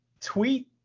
tweet